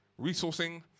Resourcing